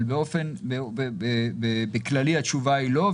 אבל באופן כללי התשובה היא לא,